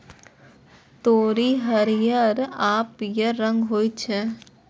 तोरी हरियर आ पीयर रंग के होइ छै